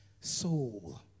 soul